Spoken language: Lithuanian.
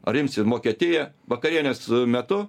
ar imsim vokietiją vakarienės metu